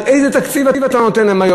איזה תקציב אתה נותן להם היום?